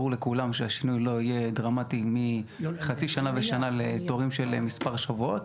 ברור לכולם שהשינוי לא יהיה דרמטי מחצי שנה ושנה לתורים של מספר שבועות.